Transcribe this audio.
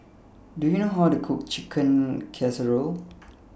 Do YOU know How to Cook Chicken Casserole